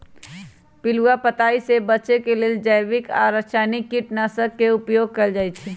पिलुआ पताइ से बचे लेल जैविक आ रसायनिक कीटनाशक के उपयोग कएल जाइ छै